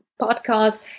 podcast